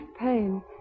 pain